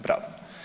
Bravo!